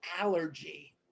allergy